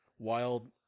wild